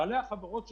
בעלי החברות שלנו,